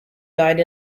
died